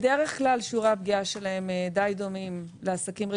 בדרך כלל שיעורי הפגיעה שלהם דומים למדי לעסקים רגילים,